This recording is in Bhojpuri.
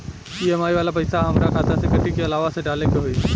ई.एम.आई वाला पैसा हाम्रा खाता से कटी की अलावा से डाले के होई?